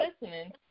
listening